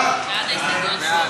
סעיפים 1